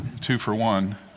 two-for-one